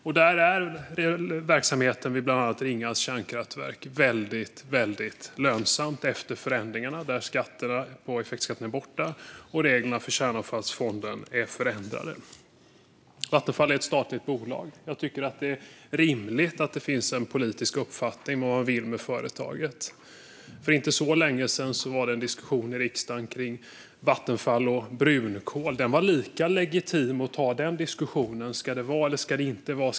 Där är verksamheten vid bland annat Ringhals kärnkraftverk väldigt lönsam efter förändringarna där effektskatterna är borta och reglerna för kärnavfallsfonden är förändrade. Vattenfall är ett statligt bolag. Det är rimligt att det finns en politisk uppfattning om vad man vill med företaget. För inte så länge sedan var det en diskussion i riksdagen om Vattenfall och brunkol. Det var lika legitimt att ta den diskussionen. Ska det vara eller inte vara?